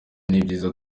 n’ibyiza